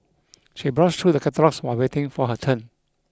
she browsed through the catalogues while waiting for her turn